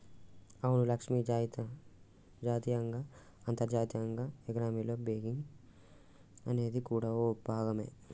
అవును లక్ష్మి జాతీయంగా అంతర్జాతీయంగా ఎకానమీలో బేంకింగ్ అనేది కూడా ఓ భాగమే